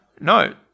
no